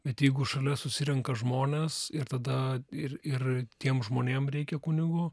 bet jeigu šalia susirenka žmonės ir tada ir ir tiem žmonėm reikia kunigo